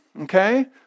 Okay